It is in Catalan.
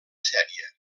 sèrie